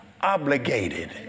obligated